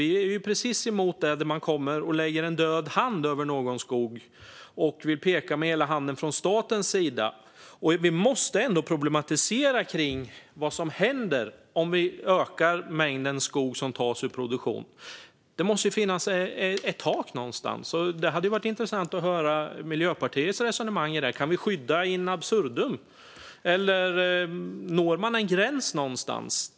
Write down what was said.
Vi är precis emot när man kommer och lägger en död hand över någons skog och vill peka med hela handen från statens sida. Vi måste ändå problematisera kring vad som händer om vi ökar mängden skog som tas ur produktion. Det måste finnas ett tak någonstans. Det hade varit intressant att höra Miljöpartiets resonemang om det. Kan vi skydda in absurdum, eller når man en gräns någonstans?